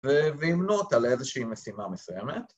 ‫ואימנו אותה לאיזושהי משימה מסוימת.